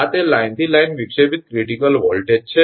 આ તે લાઇનથી લાઇન વિક્ષેપિત ક્રિટીકલ વોલ્ટેજ છે